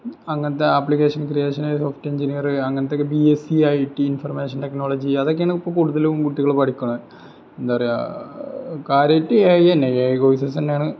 അങ്ങനത്തെ ആപ്ലിക്കേഷൻ ക്രിയേഷന് soft engineer അങ്ങനത്തെ ബീഎസ്സി ഐറ്റി ഇൻഫർമേഷൻ ടെക്നോളജി അതൊക്കെ ആണ് ഇപ്പോൾ കൂടുതലും കുട്ടികൾ പഠിക്കുന്നത് എന്താണ് പറയുക കാര്യമായിട്ട് ഏഐ തന്നെ ഏഐ കോഴ്സ് തന്നെ ആണ്